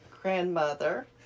grandmother